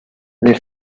nel